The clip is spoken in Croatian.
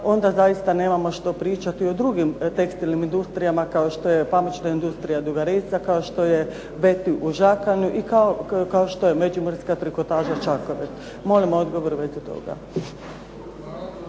onda nemamo što pričati o drugim tekstilnim industrijama, kao što je pamučna industrija "Duga Resa" kao što je "Veti" u Žakanju i kao što me Međimurska trikotaža "Čakovec". Molim odgovor u vezi toga.